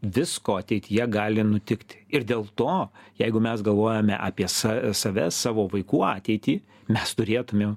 visko ateityje gali nutikti ir dėl to jeigu mes galvojame apie sa save savo vaikų ateitį mes turėtumėm